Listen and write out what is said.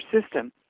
system